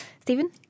Stephen